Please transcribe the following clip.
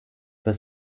für